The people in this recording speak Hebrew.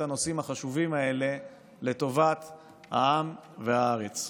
הנושאים החשובים האלה לטובת העם והארץ.